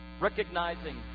recognizing